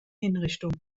hinrichtung